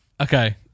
Okay